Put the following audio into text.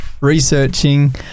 researching